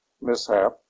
mishap